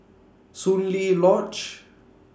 Soon Lee Lodge